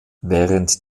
während